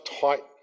tight